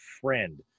friend